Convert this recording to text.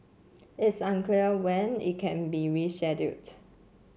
it's unclear when it can be rescheduled